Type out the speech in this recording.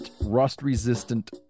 rust-resistant